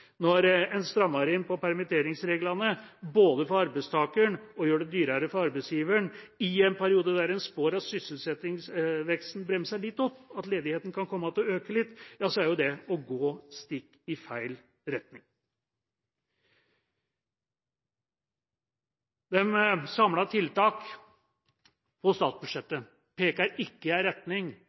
Når en både strammer inn på permitteringsreglene for arbeidstakeren og gjør det dyrere for arbeidsgiveren i en periode der en spår at sysselsettingsveksten bremser litt opp – at ledigheten kan komme til å øke litt – er det å gå i feil retning. De samlede tiltakene på statsbudsjettet peker ikke i retning